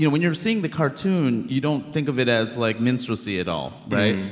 and when you're seeing the cartoon, you don't think of it as, like, minstrelsy at all right?